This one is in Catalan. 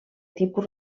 tipus